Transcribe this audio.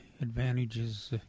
advantages